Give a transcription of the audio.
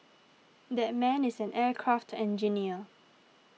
that man is an aircraft engineer